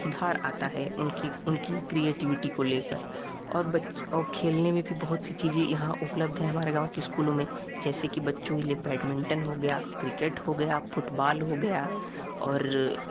सुधार आता है उनकी उनकी क्रियेटीवीटि को लेकर और बच और खेलने में भी बहुत सी चीज़ें यहाँ उपलब्ध है हमारे गाँव के स्कूलों में जैसे कि बच्चों के लिए बैडमिंटन हो गया क्रिकेट हो गया फूटबॉल हो गया और